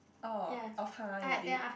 oh (uh huh) is it